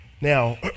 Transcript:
Now